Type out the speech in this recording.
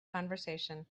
conversation